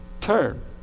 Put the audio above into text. Turn